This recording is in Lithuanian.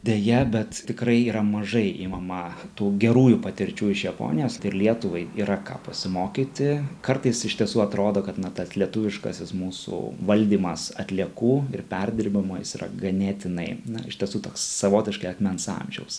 deja bet tikrai yra mažai imama tų gerųjų patirčių iš japonijos tai ir lietuvai yra ką pasimokyti kartais iš tiesų atrodo kad na tas lietuviškasis mūsų valdymas atliekų ir perdirbimo jis yra ganėtinai na iš tiesų toks savotiškai akmens amžiaus